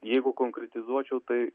jeigu konkretizuočiau tai